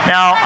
Now